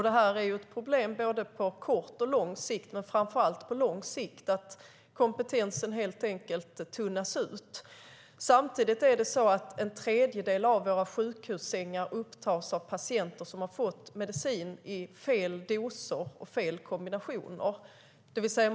Det är ett problem på både kort och lång sikt, framför allt på lång sikt, när kompetensen helt enkelt tunnas ut. Samtidigt upptas en tredjedel av våra sjukhussängar av patienter som fått medicin i fel doser och i felaktiga kombinationer.